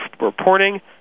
reporting